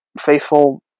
faithful